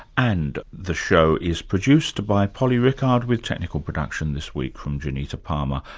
and the show is produced by polly rickard, with technical production this week from janita palmer.